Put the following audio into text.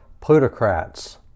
plutocrats